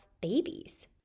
babies